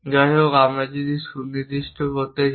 যাইহোক আমরা যদি এটি সুনির্দিষ্ট করতে চাই